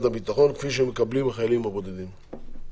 הביטחון כפי שמקבלים החיילים הבודדים.